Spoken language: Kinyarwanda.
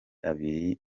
abiri